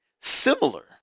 similar